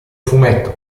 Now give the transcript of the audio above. fumetto